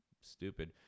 stupid